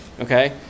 okay